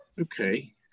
Okay